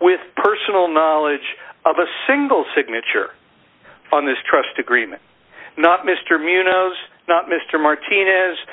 with personal knowledge of a single signature on this trust agreement not mr muniz not mr martinez